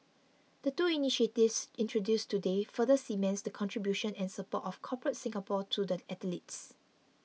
the two initiatives introduced today further cements the contribution and support of Corporate Singapore to the athletes